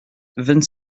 vingt